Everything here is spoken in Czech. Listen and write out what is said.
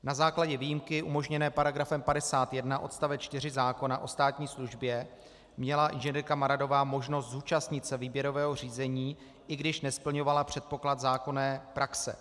Na základě výjimky umožněné § 51 odst. 4 zákona o státní službě měla inženýrka Maradová možnost zúčastnit se výběrového řízení, i když nesplňovala předpoklad zákonné praxe.